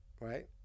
right